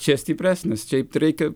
čia stipresnis šiaip reikia